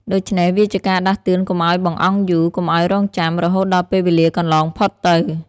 ដូច្នេះវាជាការដាស់តឿនកុំឲ្យបង្អង់យូរ កុំឲ្យរង់ចាំ រហូតដល់ពេលវេលាកន្លងផុតទៅ។